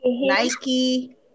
Nike